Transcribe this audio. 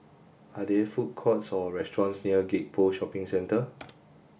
are there food courts or restaurants near Gek Poh Shopping Centre